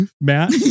Matt